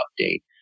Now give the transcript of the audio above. update